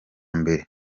mbere